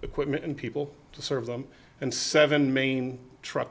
equipment and people to serve them and seven main truck